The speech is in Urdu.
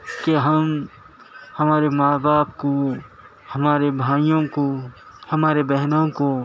کہ ہم ہمارے ماں باپ کو ہمارے بھائیوں کو ہمارے بہنوں کو